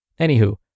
Anywho